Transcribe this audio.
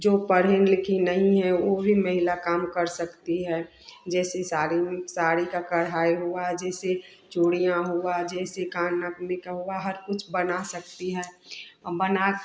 जो पढ़ी लिखी नहीं है वह भी महिला काम कर सकती है जैसे साड़ी में साड़ी का कड़ाई हुआ जैसे चूड़ियाँ हुआ जैसे खाना पीना का हुआ हर कुछ बना सकती है और बना